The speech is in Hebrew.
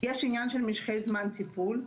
יש עניין של משכי זמן טיפול.